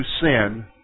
sin